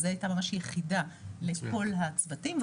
זו הייתה ממש יחידה לכל הצוותים,